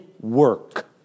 work